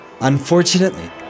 Unfortunately